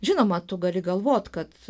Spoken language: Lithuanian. žinoma tu gali galvot kad